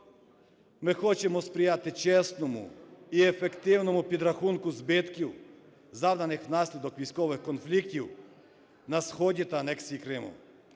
Ми хочемо сприяти чесному і ефективному підрахунку збитків, завданих внаслідок військових конфліктів на сході та анексії Криму.